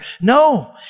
No